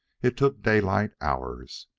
it took daylight hours.